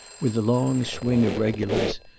with the long swing of regulars,